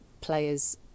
players